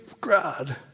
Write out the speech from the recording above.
God